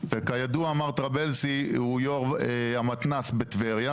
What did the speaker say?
הוא יו"ר המתנ"ס בטבריה,